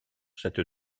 cette